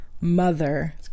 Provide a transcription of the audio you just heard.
mother